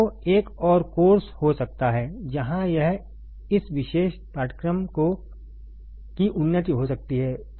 तो एक और कोर्स हो सकता है जहां यह इस विशेष पाठ्यक्रम की उन्नति हो सकती है